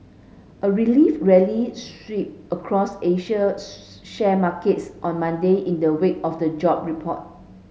a relief rally sweep across Asian share markets on Monday in the wake of the job report